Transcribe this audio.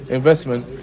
investment